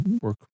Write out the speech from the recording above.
work